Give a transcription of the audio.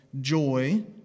joy